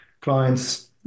clients